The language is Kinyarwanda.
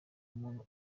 muntu